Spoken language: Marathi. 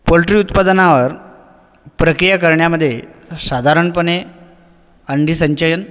पोल्ट्री उत्पादनावर प्रक्रिया करण्यामधे साधरणपणे अंडीसंचयन